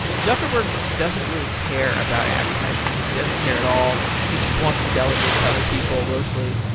zuckerberg doesn't really care about advertising. he doesn't care at all. he just wants to delegate it to other people mostly,